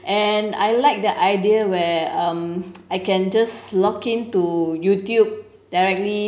and I like the idea where um I can just log in to youtube directly